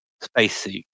spacesuit